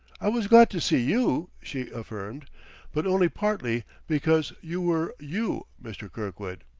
i was glad to see you, she affirmed but only partly because you were you, mr. kirkwood.